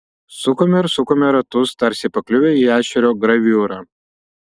sukome ir sukome ratus tarsi pakliuvę į ešerio graviūrą